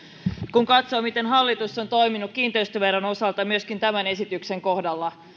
kun katsoo miten hallitus on toiminut kiinteistöveron osalta myöskin tämän esityksen kohdalla